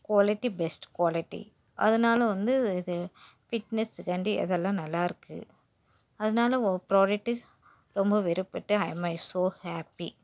quality best quality அதனால் வந்து இது ஃபிட்னஸ்ஸுக்காண்டி அதெல்லாம் நல்லாருக்குது அதனால் ப்ராடெக்டு ரொம்ப விருப்பபட்டு ஐம் ஐ ஸோ ஹாப்பி